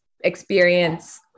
experience